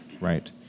right